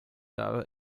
aber